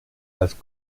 als